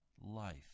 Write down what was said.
life